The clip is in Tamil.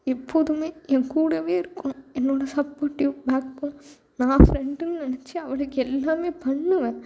எப்போதும் என்கூடவே இருக்கணும் என்னோட சப்போர்ட்டிவ் பேக் போன் நான் ஃப்ரெண்டுனு நெனைச்சி அவளுக்கு எல்லாம் பண்ணுவேன்